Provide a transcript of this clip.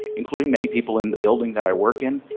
including many people in the building that i work in,